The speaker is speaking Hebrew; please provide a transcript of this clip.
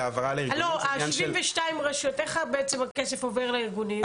72 רשויות, איך בעצם הכסף עובר לארגונים?